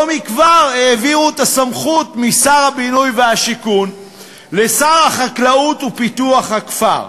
לא מכבר העבירו את הסמכות משר הבינוי והשיכון לשר החקלאות ופיתוח הכפר,